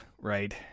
right